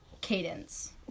Cadence